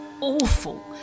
awful